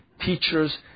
teachers